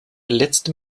letzten